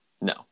No